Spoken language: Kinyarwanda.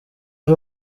ari